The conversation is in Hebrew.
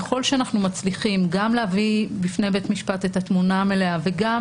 ככל שאנחנו מצליחים גם להביא בפני בית המשפט את התמונה המלאה וגם